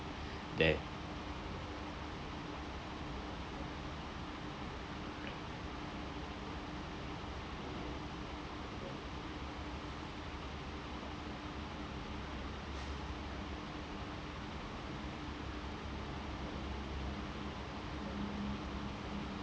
that